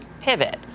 pivot